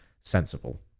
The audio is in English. sensible